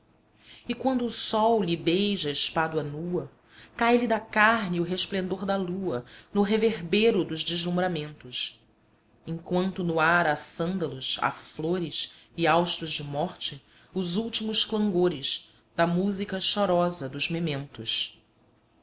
e quando o sol lhe beija a espádua nua cai-lhe da carne o resplendor da lua no reverbero dos deslumbramentos enquanto no ar há sândalos há flores e haustos de morte os últimos cangores da música chorosa dos mementos